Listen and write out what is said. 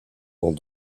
dans